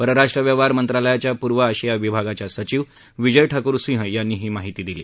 परराष्ट्र व्यवहार मंत्रालयाच्या पूर्व आशिया विभागाच्या सचिव विजय ठाकूर सिंह यांनी ही माहिती दिली